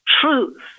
truth